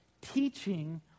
teaching